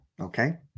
okay